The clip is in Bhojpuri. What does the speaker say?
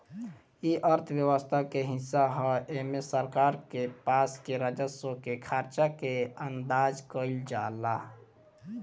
इ अर्थव्यवस्था के हिस्सा ह एमे सरकार के पास के राजस्व के खर्चा के अंदाज कईल जाला